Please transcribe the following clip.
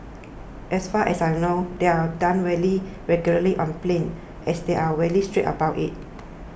as far as I know they are done very regularly on planes as they are very strict about it